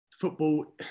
football